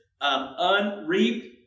unreaped